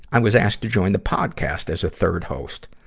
i was asked to join the podcast as a third host.